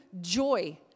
joy